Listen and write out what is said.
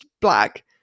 black